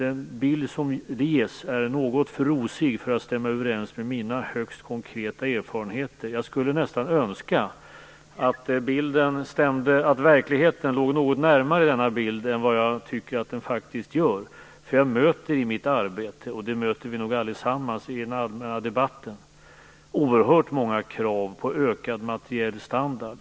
Den bild som ges är något för rosig för att stämma överens med mina högst konkreta erfarenheter. Jag skulle nästan önska att verkligheten låg något närmare denna bild än vad jag tycker att den faktiskt gör. Jag möter nämligen i mitt arbete, vilket vi nog alla gör i den allmänna debatten, oerhört många krav på ökad materiell standard.